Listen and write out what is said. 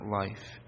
life